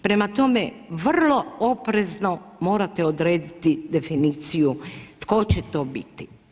Prema tome, vrlo oprezno morate odrediti definiciju tko će to biti.